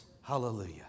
Hallelujah